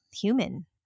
human